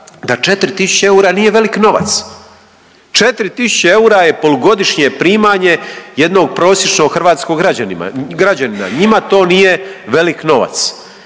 da 4 tisuće eura nije velik novac. 4. tisuće eura je polugodišnje primanje jednog prosječnog hrvatskog građanina, njima to nije velik novac.